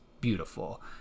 beautiful